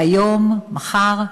והיום, מחר,